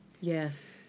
Yes